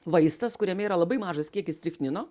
vaistas kuriame yra labai mažas kiekis strichnino